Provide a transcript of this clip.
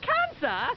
Cancer